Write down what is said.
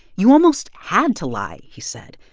you almost had to lie, he said,